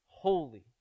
holy